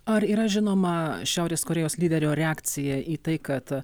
ar yra žinoma šiaurės korėjos lyderio reakcija į tai kad